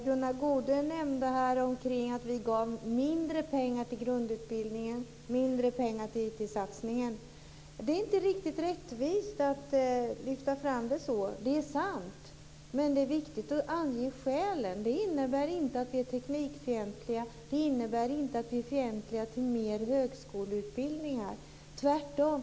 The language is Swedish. Fru talman! Gunnar Goude nämnde här att vi ger mindre pengar till grundutbildningen och mindre pengar till IT-satsningen men det är inte riktigt rättvist att lyfta fram det så. Det är sant men det är också viktigt att ange skälen. Det innebär nämligen inte att vi är teknikfientliga eller att vi är fientliga till mer högskoleutbildningar, tvärtom.